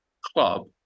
club